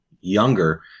younger